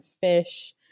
fish